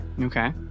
Okay